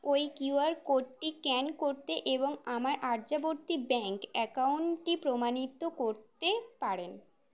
ওই কিউআর কোডটি স্ক্যান করতে এবং আমার আর্যাবর্ত ব্যাঙ্ক অ্যাকাউন্টটি প্রমাণিত করতে পারেন